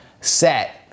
set